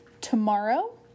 tomorrow